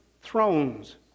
thrones